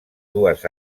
dues